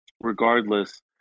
regardless